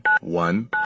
one